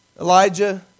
Elijah